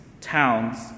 towns